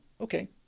okay